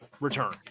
return